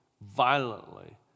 violently